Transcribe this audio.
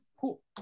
Cool